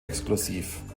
exklusiv